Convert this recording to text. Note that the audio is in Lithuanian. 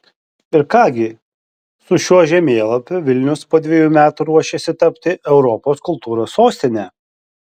ir ką gi su šiuo žemėlapiu vilnius po dviejų metų ruošiasi tapti europos kultūros sostine